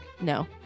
No